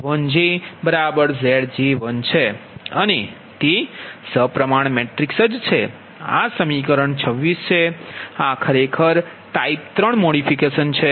જેમ કે અધિકાર Z1jZj1છે અને તે સપ્રમાણ મેટ્રિક્સ જ છે આ સમીકરણ 26 છે આ ખરેખર ટાઇપ 3 મોડિફિકેશન છે